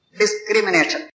discrimination